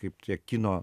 kaip tie kino